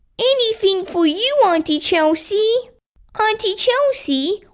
anything for you, auntie chelsea auntie chelsea,